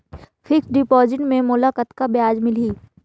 Fixed deposit मे मोला कतका ब्याज मिलही?